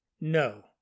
No